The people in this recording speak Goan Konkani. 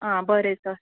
आं बरें सर